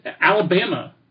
Alabama